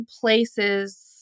places